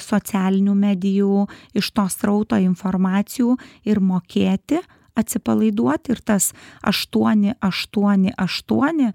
socialinių medijų iš to srauto informacijų ir mokėti atsipalaiduot ir tas aštuoni aštuoni aštuoni